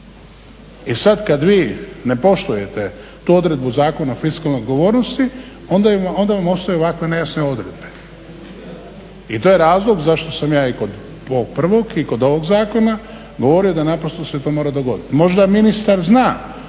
I sad kad vi ne poštujete tu odredbu Zakona o fiskalnoj odgovornosti onda vam ostaju ovakve nejasne odredbe. I to je razlog zašto sam ja i kod ovog prvog i kod ovog zakona govorio da naprosto se to mora dogoditi. Možda ministar zna